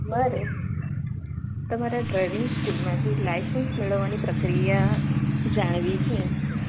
મારે તમારા ડ્રાઇવિંગ સ્કૂલમાંથી લાઇસન્સ મેળવવાની પ્રક્રિયા જાણવી છે